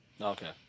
Okay